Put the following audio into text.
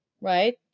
right